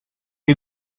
you